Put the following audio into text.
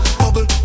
bubble